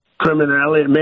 criminality